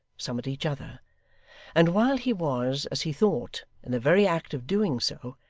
some at each other and while he was, as he thought, in the very act of doing so,